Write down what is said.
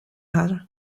här